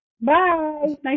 Bye